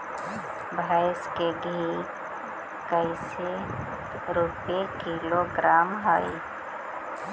भैंस के देसी घी कैसे रूपये किलोग्राम हई?